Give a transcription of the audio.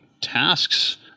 tasks